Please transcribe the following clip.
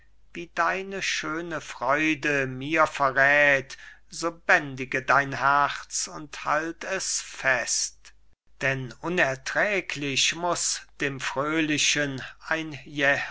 wie deine schöne freude mir verräth so bändige dein herz und halt es fest denn unerträglich muß dem fröhlichen